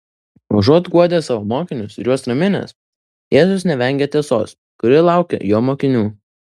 užuot guodęs savo mokinius ir juos raminęs jėzus nevengia tiesos kuri laukia jo mokinių